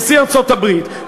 נשיא ארצות-הברית,